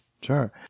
sure